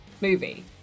movie